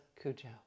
Cujo